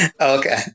Okay